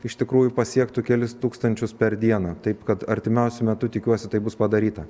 iš tikrųjų pasiektų kelis tūkstančius per dieną taip kad artimiausiu metu tikiuosi tai bus padaryta